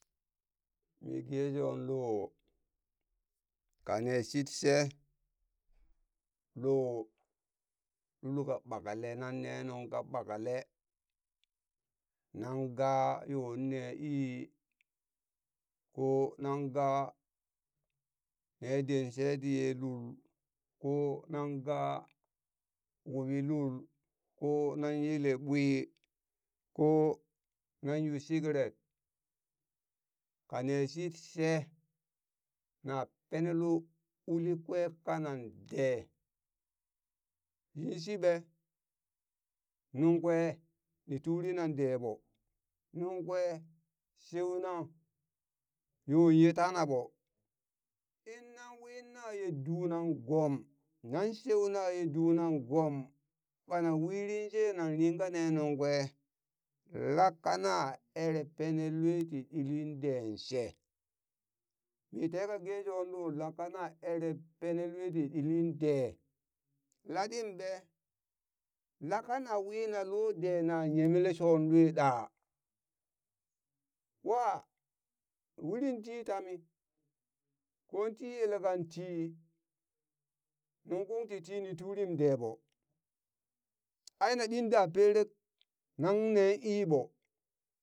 Mi ge sho lon kane shitshe lo lul ka ɓakle nanne nungka ɓakle nan ga yo nen ii ko nan ga ne den she tiye lul ko nan ga wuɓi lul ko nan yele ɓwi ko nan yu shikiret kane shitshe na penelo uli kwai kanan de, yinshi be nuŋ kwe ni turi nan deɓo nuŋ kwe sheuna yo ye tana ɓo innan wi naye dunan gom, nan sheu naye dunan gom, ɓana wurin she nan ringa ne nungkwe lat kana ere pene lue ti ɗili den she, mi teka gesho lo lat kana ere pene lue ti ɗilin delatɗi ɓe? lat kana wi na lo de na yemle shon lue ɗaa ɓwa urin ti tami ko ti yela kanti nuŋ kung titi ni turim de ɓo ai na ɗin da perek nanne ii ɓo